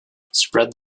spread